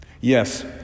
Yes